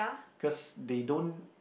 cause they don't